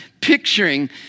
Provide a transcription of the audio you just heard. picturing